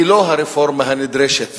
היא לא הרפורמה הנדרשת,